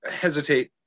hesitate